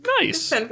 Nice